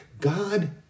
God